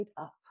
up